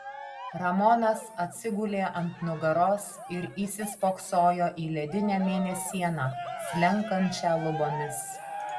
ramonas atsigulė ant nugaros ir įsispoksojo į ledinę mėnesieną slenkančią lubomis